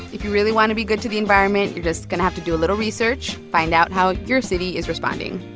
if you really want to be good to the environment, you're just going to have to do a little research, find out how your city is responding.